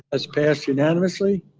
has passed unanimously,